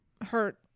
hurt